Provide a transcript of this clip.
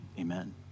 amen